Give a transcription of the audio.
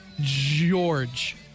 George